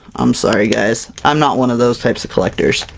i'm sorry guys, i'm not one of those types of collectors.